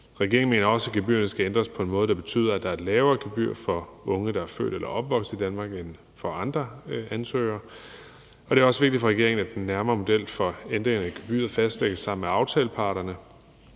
Regeringen mener også, at gebyrerne skal ændres på en måde, der betyder, at der er et lavere gebyr for unge, der er født eller opvokset i Danmark, end for andre ansøgere. Og det er også vigtigt for regeringen, at den nærmere model for ændringer i gebyret fastlægges sammen med aftaleparterne